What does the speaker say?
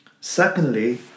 Secondly